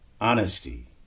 honesty